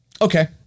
Okay